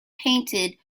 painted